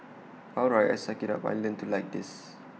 all right I'll suck IT up I'll learn to like this